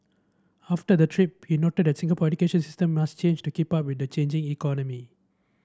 after the trip he noted that Singapore education system must change to keep up with the changing economy